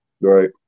Right